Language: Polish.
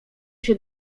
się